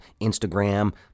Instagram